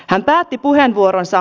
hän päätti puheenvuoronsa